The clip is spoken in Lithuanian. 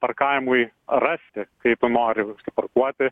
parkavimui rasti kaip tu nori prisiparkuoti